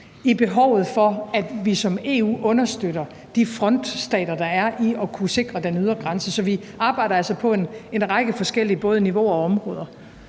til behovet for, at vi i EU understøtter de frontstater, der er, i at kunne sikre den ydre grænse. Så vi arbejder altså på en række forskellige både niveauer og områder.